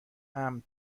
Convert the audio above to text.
امن